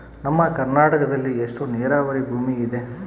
ನಮ್ಮ ಕರ್ನಾಟಕದಲ್ಲಿ ಎಷ್ಟು ನೇರಾವರಿ ಭೂಮಿ ಇದೆ?